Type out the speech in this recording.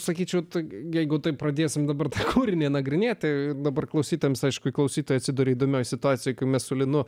sakyčiau taigi jeigu taip pradėsime dabar kūrinį nagrinėti tai dabar klausytojams aišku klausytoją atsiduri įdomioje situacijoje kai mes su linu